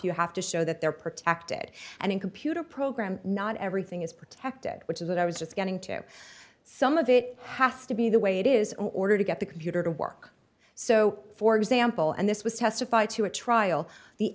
you have to show that they're protected and in computer program not everything is protected which is what i was just getting to some of it has to be the way it is order to get the computer to work so for example and this was testified to a trial the